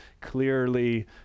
clearly